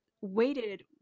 waited